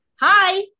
Hi